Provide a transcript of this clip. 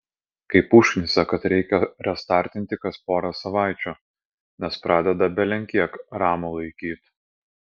kaip užknisa kad reikia restartinti kas porą savaičių nes pradeda belenkiek ramų laikyt